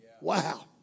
Wow